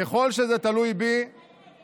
ככל שזה תלוי בי